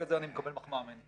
רק על זה הוא מקבל מחמאה ממני.